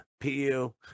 PU